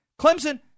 Clemson